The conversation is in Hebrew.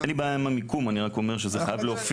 אין לי בעיה עם המיקום אני רק אומר שזה חייב להופיע.